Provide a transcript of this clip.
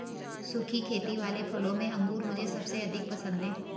सुखी खेती वाले फलों में अंगूर मुझे सबसे अधिक पसंद है